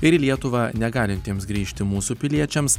ir į lietuvą negalintiems grįžti mūsų piliečiams